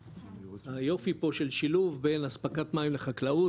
היופי פה של שילוב בין אספקת מים לחקלאות,